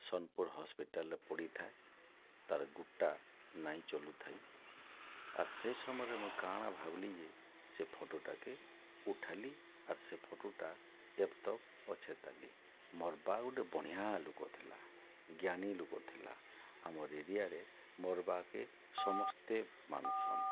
ସୋନପୁର୍ ହସ୍ପିଟାଲ୍ରେ ପଡ଼ିଥାଏ ତାର୍ ଗୋଡ଼୍ଟା ନାଇଁ ଚଲୁଥାଇ ଆର୍ ସେ ସମୟରେ ମୁଇଁ କାଣା ଭାବ୍ଲି ଯେ ସେ ଫଟୋଟାକେ ଉଠାଲି ଆର୍ ସେ ଫଟୋଟା ଏବେତକ୍ ଅଛେତାଲି ମୋର୍ ବା ଗୁଟେ ବଢ଼ିଆ ଲୋକ୍ ଥିଲା ଜ୍ଞାନୀ ଲୋକ୍ ଥିଲା ଆମର୍ ଏରିଆରେ ମୋର୍ ବାକେ ସମସ୍ତେ ମାନ୍ସନ୍